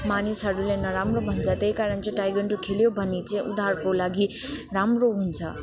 मानिसहरूले नराम्रो भन्छ त्यहीकारण चाहिँ ताइक्वान्डो खेल्यो भने चाहिँ उनीहरूको लागि राम्रो हुन्छ